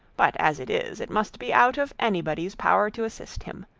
but as it is, it must be out of anybody's power to assist him.